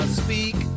speak